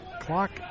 clock